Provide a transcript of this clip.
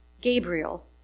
Gabriel